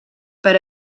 per